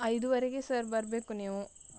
ಐದೂವರೆಗೆ sir ಬರಬೇಕು ನೀವು